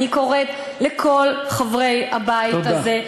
אני קוראת לכל חברי הבית הזה, תודה.